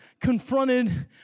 confronted